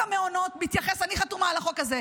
אני חתומה על החוק הזה.